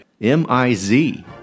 M-I-Z